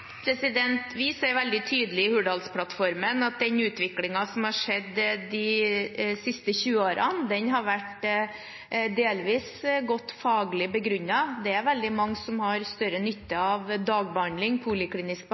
Vi ser veldig tydelig i Hurdalsplattformen at den utviklingen som har skjedd de siste 20 årene, har vært delvis godt faglig begrunnet. Det er veldig mange som har større nytte av dagbehandling, poliklinisk